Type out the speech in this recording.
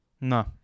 No